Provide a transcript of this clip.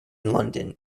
london